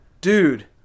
dude